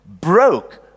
broke